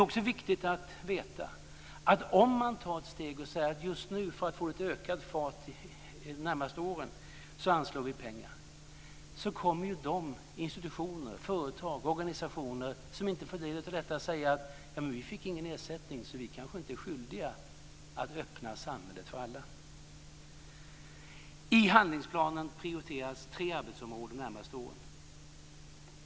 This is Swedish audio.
Om man anslår pengar för att få ökad fart de närmaste åren är det viktigt att veta att de institutioner, företag och organisationer som inte får del av pengarna kommer att säga att de inte fick någon ersättning och att de kanske inte är skyldiga att öppna samhället för alla. I handlingsplanen prioriteras tre arbetsområden de närmaste åren.